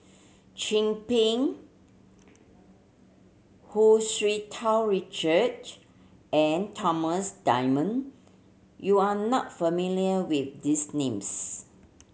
Chin Peng Hu Tsu Tau Richard and Thomas Dunman you are not familiar with these names